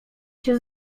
się